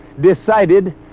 decided